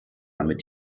damit